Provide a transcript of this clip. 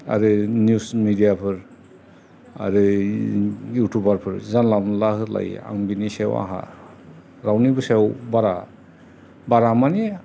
आरो news media फोर आरो इउटुबार फोर जानला मोनला होलायो आं बिनि सायाव आंहा रावनिबो सायाव बारा माने